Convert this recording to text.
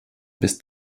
bis